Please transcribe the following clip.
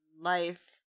life